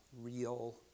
real